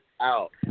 out